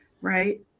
right